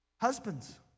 Husbands